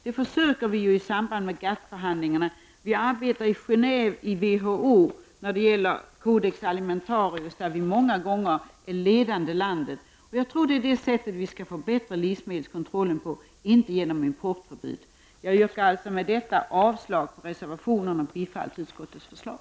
Det försöker Sverige att göra i samband med GATT-förhandlingarna, och i Genève arbetar vi inom WHO med Codex alimentarius, där Sverige många gånger är det ledande landet. Jag tror att det är på detta sätt som vi skall förbättra livsmedelskontrollen, inte genom importförbud. Med detta yrkar jag avslag på reservationerna och bifall till utskottets hemställan.